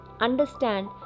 understand